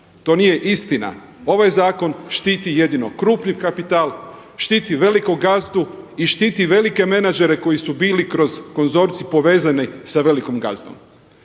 To nije istina. Ovaj zakon štiti jedino krupni kapital, štiti velikog gazdu i štiti velike menadžere koji su bili kroz konzorcij povezani sa velikim gazdom.